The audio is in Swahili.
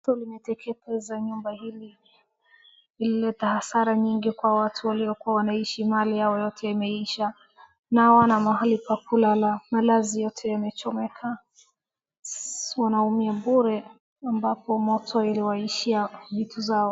Moto inateketeza nyumba hili ,ilileta hasara nyingi kwa watu waliokua wanaishi ,mali yao yote imeisha na hawana mahali pa kulala , malazi yote yamechomeka ,wanaumia bure ambapo moto iliwaishia vitu zao.